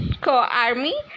co-army